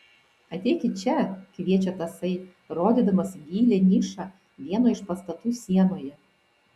ateikit čia kviečia tasai rodydamas į gilią nišą vieno iš pastatų sienoje